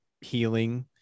healing